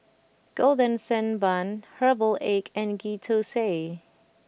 Golden Sand Bun Herbal Egg and Ghee Thosai